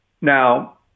Now